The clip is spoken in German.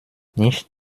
nicht